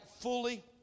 fully